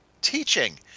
teaching